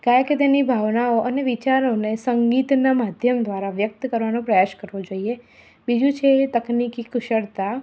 કારણ કે તેની ભાવનાઓ અને વિચારોને સંગીતના માધ્યમ દ્વારા વ્યક્ત કરવાનો પ્રયાસ કરવો જોઈએ બીજું છે એ તકનીકી કુશળતા